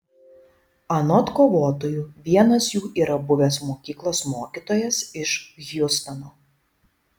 anot kovotojų vienas jų yra buvęs mokyklos mokytojas iš hjustono